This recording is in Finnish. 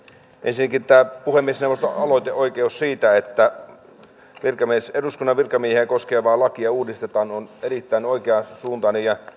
ensinnäkin tämä puhemiesneuvoston aloiteoikeus siitä että eduskunnan virkamiehiä koskevaa lakia uudistetaan on erittäin oikeansuuntainen ja